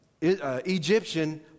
Egyptian